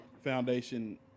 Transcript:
Foundation